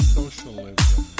socialism